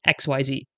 XYZ